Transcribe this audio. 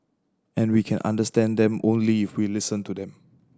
and we can understand them only if we listen to them